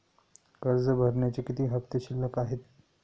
कर्ज भरण्याचे किती हफ्ते शिल्लक आहेत?